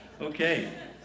Okay